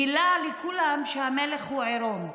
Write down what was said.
גילה לכולם שהמלך הוא עירום.